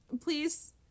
please